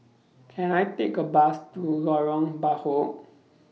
Can I Take A Bus to Lorong Bachok